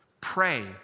Pray